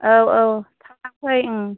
औ औ थाब फै